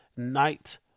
night